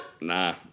nah